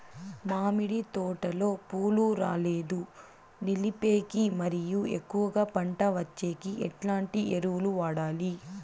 మామిడి తోటలో పూలు రాలేదు నిలిపేకి మరియు ఎక్కువగా పంట వచ్చేకి ఎట్లాంటి ఎరువులు వాడాలి?